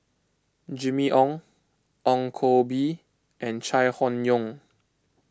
Jimmy Ong Ong Koh Bee and Chai Hon Yoong